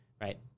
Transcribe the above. right